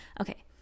Okay